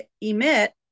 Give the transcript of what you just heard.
emit